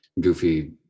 goofy